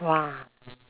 !wah!